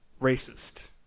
racist